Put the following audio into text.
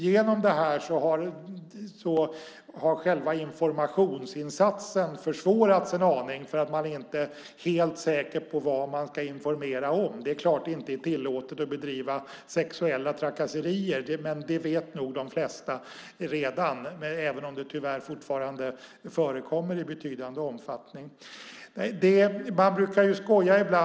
Genom det här har själva informationsinsatsen försvårats en aning. Man är inte helt säker på vad man ska informera om. Det är klart att det inte är tillåtet att bedriva sexuella trakasserier. Det vet nog de flesta redan även om det tyvärr fortfarande förekommer i betydande omfattning.